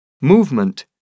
Movement